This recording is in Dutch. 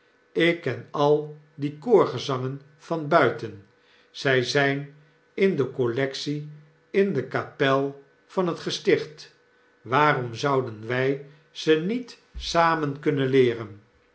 ik ken al die koorgezangen van buiten zy zijn in de collectie in de kapel van het gesticht waarom zouden wy ze niet samen kunnen leeren